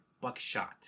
buckshot